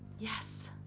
yes.